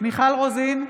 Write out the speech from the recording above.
מיכל רוזין,